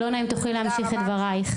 אלונה, אם תוכלי, תמשיכי את דברייך.)